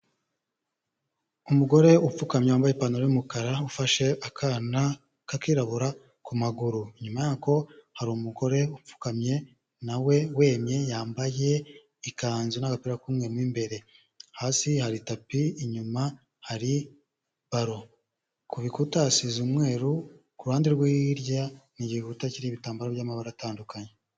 Umugore upfukamye wambaye ipantaro y'umukara ufashe akana k'akirabura ku maguru. Inyuma yako hari umugore upfukamye na we wemye yambaye ikanzu n'agapira k'umweru mo imbere. Hasi hari tapi, inyuma hari ballon. Ku bikuta hasize umweru, ku ruhande rwo hirya ni igikuta kiriho ibitambaro by'amabara atandukanye.